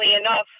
enough